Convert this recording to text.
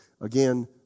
Again